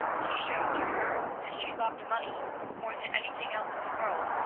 he showed to her that she loved money more than anything else in the world,